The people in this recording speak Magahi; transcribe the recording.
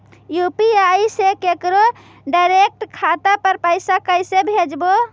यु.पी.आई से केकरो डैरेकट खाता पर पैसा कैसे भेजबै?